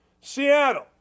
Seattle